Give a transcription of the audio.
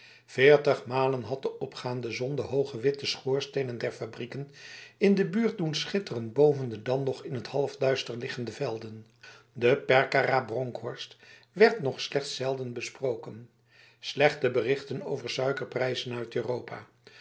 veertigmalen had de opgaande zon de hoge witte schoorstenen der fabrieken in de buurt doen schitteren boven de dan nog in t halfduister liggende velden de perkara bronkhorst werd nog slechts zelden besproken slechte berichten over suikerprijzen uit europa